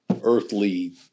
earthly